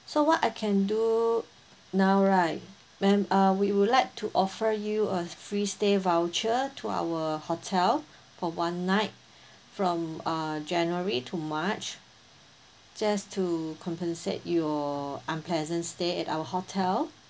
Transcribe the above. so what I can do now right ma'am uh we would like to offer you a free stay voucher to our hotel for one night from uh january to march just to compensate your unpleasant stay at our hotel